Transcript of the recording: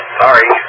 sorry